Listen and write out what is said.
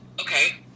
okay